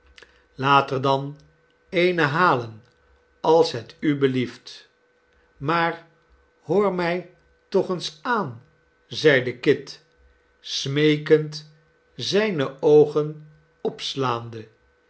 er dan eene halen als het u belieft maar hoor mij toch eens aan zeide kit smeekend zijne oogen opslaande